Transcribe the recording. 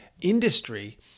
industry